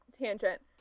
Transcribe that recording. tangent